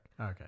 Okay